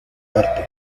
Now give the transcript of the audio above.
arte